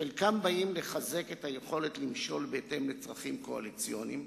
חלקם באים לחזק את היכולת למשול בהתאם לצרכים קואליציוניים,